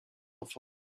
enfants